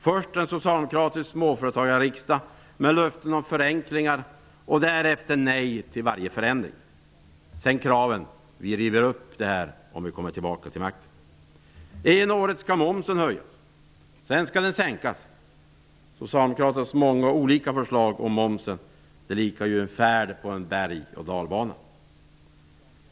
Först har man en socialdemokratisk småföretagarriksdag med löften om förenklingar, därefter säger man nej till varje förändring. Sedan kommer uttalanden som: Vi river upp tidigare fattade beslut om vi kommer till makten. Ena året skall momsen höjas. Sedan skall den sänkas. Socialdemokraternas många och olika förslag om momsen liknar en färd på en berg och dalbana.